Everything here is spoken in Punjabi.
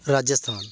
ਰਾਜਸਥਾਨ